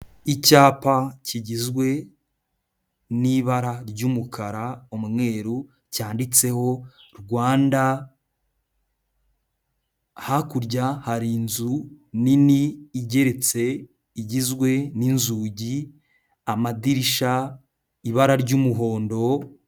Icyapa kigizwe n'ibara ry'umukara, umweru cyanditseho Rwanda, hakurya hari inzu nini, igeretse, igizwe n'inzugi, amadirishya, ibara ry'umuhondo...